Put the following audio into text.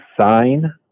sign